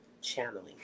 channeling